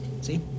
See